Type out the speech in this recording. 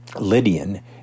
Lydian